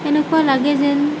এনেকুৱা লাগে যেন